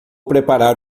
preparar